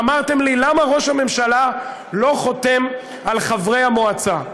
אמרתם לי: למה ראש הממשלה לא חותם על חברי המועצה?